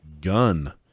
gun